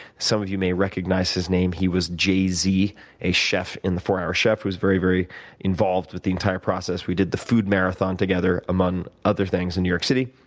some of you may recognize his name. he was jz, a chef in the four hour chef who was very, very involved with the entire process. we did the food marathon together, among other things, in new york city.